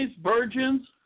virgins